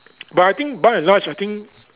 but I think by and large I think